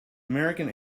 american